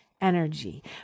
energy